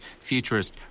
futurist